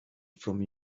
from